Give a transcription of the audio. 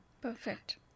Perfect